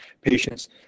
patients